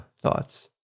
thoughts